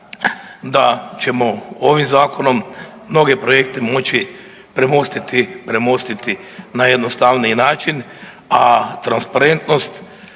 da ćemo ovim zakonom mnoge projekte moći premostiti na jednostavniji način, a transparentnost